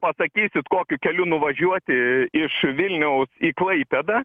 pasakysit kokiu keliu nuvažiuoti iš vilniaus į klaipėdą